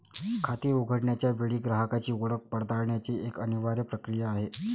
खाते उघडण्याच्या वेळी ग्राहकाची ओळख पडताळण्याची एक अनिवार्य प्रक्रिया आहे